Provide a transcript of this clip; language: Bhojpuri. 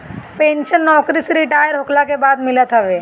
पेंशन नोकरी से रिटायर होखला के बाद मिलत हवे